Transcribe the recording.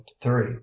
three